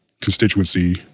constituency